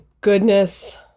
goodness